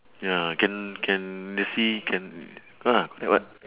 ya can can in the sea can ah like what